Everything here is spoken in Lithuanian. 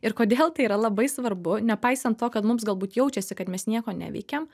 ir kodėl tai yra labai svarbu nepaisant to kad mums galbūt jaučiasi kad mes nieko neveikiam